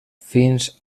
fins